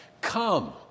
come